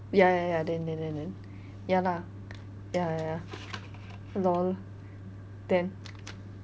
ya ya ya then then then then ya lah ya ya lol then